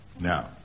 Now